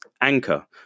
Anchor